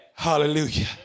Hallelujah